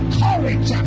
courage